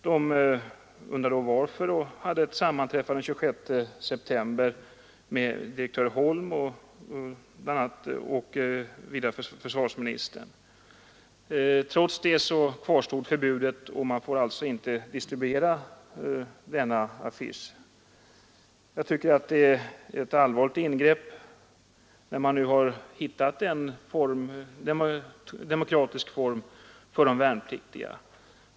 De undrade varför och hade ett sammanträffande den 26 september med direktör Holm och försvarsministern. Trots det kvarstår förbudet — man får alltså inte distribuera affischen. Jag tycker det är ett allvarligt ingrepp, när man nu hade hittat en demokratisk form för de värnpliktiga att komma till tals.